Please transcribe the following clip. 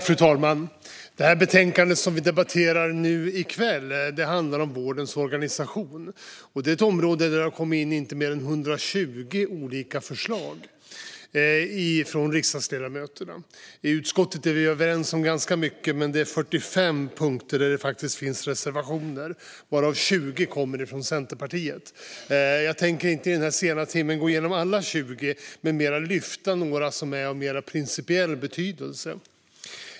Fru talman! Det betänkande vi debatterar nu i kväll handlar om vårdens organisation. Det är ett område där det har kommit 120 olika förslag från riksdagsledamöterna. I utskottet är vi överens om ganska mycket, men på 45 punkter finns reservationer - varav 20 kommer från Centerpartiet. Jag tänker inte i denna sena timme gå igenom alla 20 reservationer, utan i stället kommer jag att lyfta fram några av mer principiell betydelse.